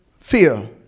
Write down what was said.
fear